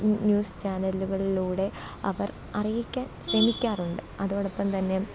new news ചാനലുകളിലൂടെ അവർ അറിയിക്കാൻ ശ്രമിക്കാറുണ്ട് അതോടൊപ്പം തന്നെ